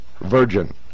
virgin